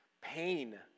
pain